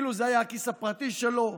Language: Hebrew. כאילו זה היה הכיס הפרטי שלו.